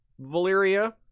Valyria